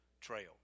trail